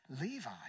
Levi